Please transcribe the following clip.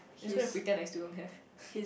just gonna pretend I still don't have